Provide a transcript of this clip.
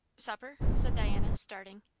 supper? said diana, starting.